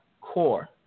core